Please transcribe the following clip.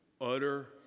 utter